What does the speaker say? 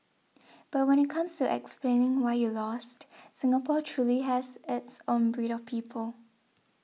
but when it comes to explaining why you lost Singapore truly has its own breed of people